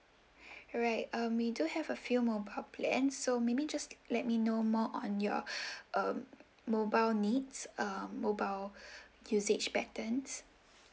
alright um we do have a few mobile plans so maybe just let me know more on your um mobile needs uh mobile usage patterns